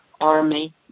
army